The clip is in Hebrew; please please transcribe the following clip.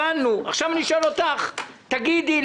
עכשיו אני שואל אותך: תגידי,